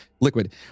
liquid